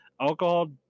Alcohol